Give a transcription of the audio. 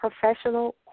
professional